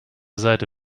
seite